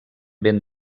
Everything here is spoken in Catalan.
ben